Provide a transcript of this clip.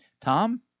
Tom